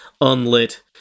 unlit